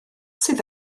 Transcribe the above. sydd